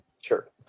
Sure